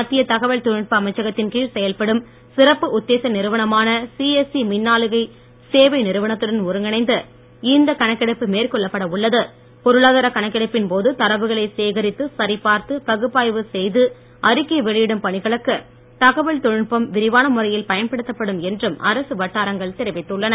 மத்திய தகவல் தொழில்நுட்ப அமைச்சகத்தின் கீழ் செயல்படும் சிறப்பு உத்தேச நிறுவனமான சிஎஸ்சி மின்னாளுகை சேவை நிறுவனத்துடன் ஒருங்கிணைந்து இந்த கணக்கெடுப்பு கணக்கெடுப்பின் போது தரவுகளை சேகரித்து சரிபார்த்து பகுப்பாய்வு செய்து அறிக்கை வெளியிடும் பணிகளுக்கு தகவல் தொழில்நுட்பம் விரிவான முறையில் பயன்படுத்தப்படும் என்றும் அரசு வட்டாரங்கள் தெரிவித்துள்ளன